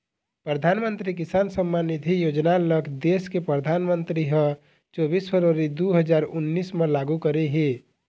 परधानमंतरी किसान सम्मान निधि योजना ल देस के परधानमंतरी ह चोबीस फरवरी दू हजार उन्नीस म लागू करे हे